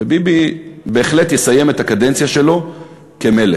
וביבי בהחלט יסיים את הקדנציה שלו כמלך,